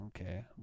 Okay